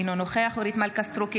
אינו נוכח אורית מלכה סטרוק,